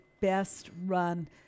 best-run